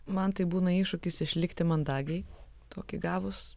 man tai būna iššūkis išlikti mandagiai tokį gavus